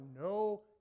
no